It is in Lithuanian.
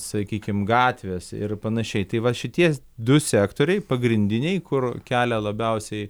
sakykim gatvės ir panašiai tai va šitie du sektoriai pagrindiniai kur kelia labiausiai